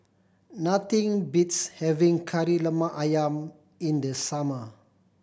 nothing beats having Kari Lemak Ayam in the summer